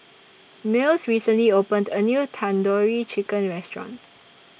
Mills recently opened A New Tandoori Chicken Restaurant